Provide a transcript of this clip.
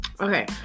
Okay